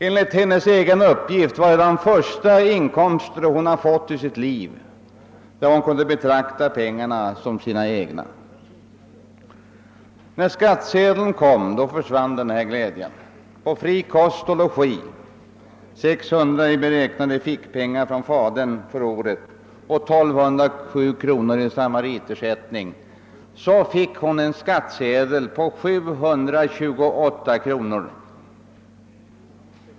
Enligt egen uppgift var det den första inkomst hon hade fått i sitt liv och som hon kunde betrakta som sin egen. När skattsedeln kom försvann glädjen. För fri kost och logi, 600 kronor i beräknade fickpengar från fadern för året och 1207 kronor i samaritersättning, fick hon en skattsedel uppgående till 728 kronor.